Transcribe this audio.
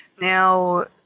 Now